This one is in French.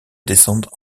descendent